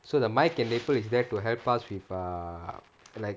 so the microphone and lapel is there to help us with err like